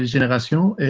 yeah international